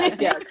yes